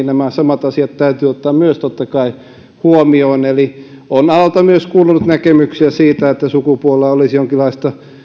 nämä samat asiat täytyy ottaa myös totta kai huomioon eli on alalta kuulunut näkemyksiä myös siitä että sukupuolella olisi jonkinlaista